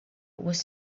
was